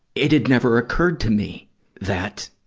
it had never occurred to me that